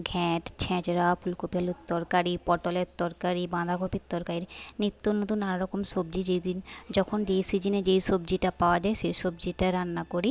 ঘ্যাঁট ছ্যাঁচড়া ফুলকপি আলুর তরকারি পটলের তরকারি বাঁধাকপির তরকারি নিত্য নতুন নানা রকম সবজি যেই দিন যখন যেই সিজনে যেই সবজিটা পাওয়া যায় সেই সবজিটা রান্না করি